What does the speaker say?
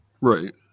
right